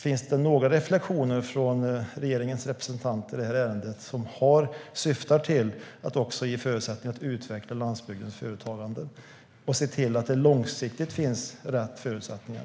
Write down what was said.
Finns det några reflektioner från regeringens representant i det här ärendet som syftar till att ge förutsättningar att utveckla landsbygdens företagande och se till att det långsiktigt finns rätt förutsättningar?